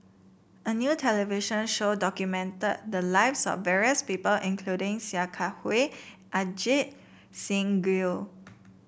a new television show documented the lives of various people including Sia Kah Hui Ajit Singh Gill